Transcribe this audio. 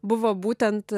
buvo būtent